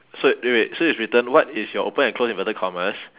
so wait wait so it's written what is your open and close inverted commas